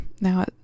Now